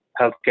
healthcare